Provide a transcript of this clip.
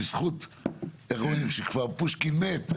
בזמן שפושקין מת,